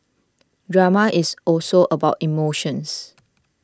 drama is also about emotions